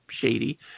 shady